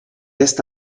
est